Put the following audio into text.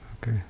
Okay